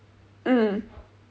mm